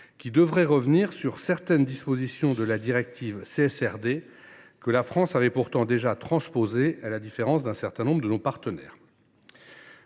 devrait revenir sur certaines dispositions de la directive CSRD que la France avait pourtant déjà transposées, à la différence de certains de ses partenaires.